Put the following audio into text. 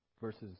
versus